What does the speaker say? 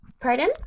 Pardon